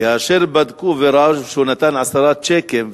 כאשר בדקו וראו שהוא נתן עשרה צ'קים,